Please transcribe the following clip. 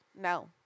No